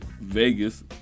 Vegas